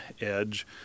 edge